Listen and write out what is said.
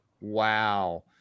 Wow